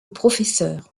professeur